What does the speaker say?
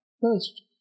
first